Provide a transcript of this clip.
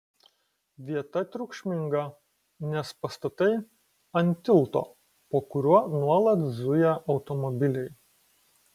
vieta triukšminga nes pastatai ant tilto po kuriuo nuolat zuja automobiliai